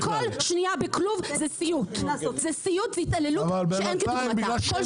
שעבורם כל שנייה בכלוב היא סיוט והתעללות שאין כדוגמתה.